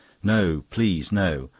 no, please. no.